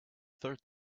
third